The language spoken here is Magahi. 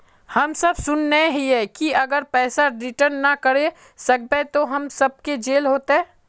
हम सब सुनैय हिये की अगर पैसा रिटर्न ना करे सकबे तो हम सब के जेल होते?